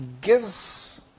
gives